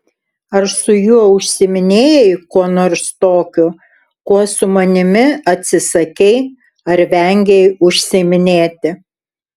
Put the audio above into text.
ar su juo užsiiminėjai kuo nors tokiu kuo su manimi atsisakei ar vengei užsiiminėti